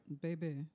Baby